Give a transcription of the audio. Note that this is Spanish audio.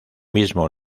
mismo